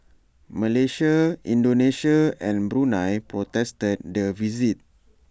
Malaysia Indonesia and Brunei protested the visit